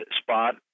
spot